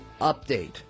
update